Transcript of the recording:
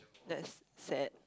that's sad